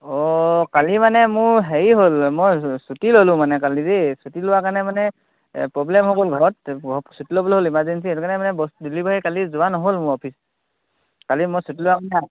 অঁ কালি মানে মোৰ হেৰি হ'ল মই ছুটি ল'লোঁ মানে কালি যেি ছুটি লোৱাৰ কাৰণে মানে প্ৰব্লেম হৈ গ'ল ঘৰত ছুটি ল'বলগীয়া হ'ল ইমাৰজেঞ্চি সেইটো কাৰণে মানে বস্তু ডেলিভাৰী কালি যোৱা নহ'ল মোৰ অফিচ কালি মই ছুটি লোৱা মানে